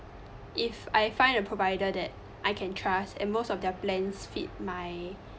if I find a provider that I can trust and most of their plans fit my